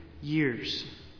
years